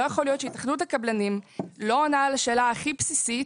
לא יכול להיות שהתאחדות הקבלנים לא עונה על השאלה הכי בסיסית,